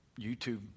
YouTube